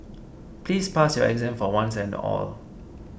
please pass your exam for once and all